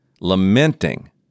Lamenting